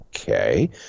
okay